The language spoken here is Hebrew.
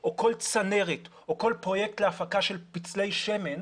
או כל צנרת או כל פרויקט להפקה של פצלי שמן,